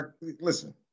listen